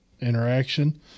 interaction